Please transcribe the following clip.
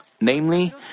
Namely